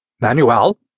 Manuel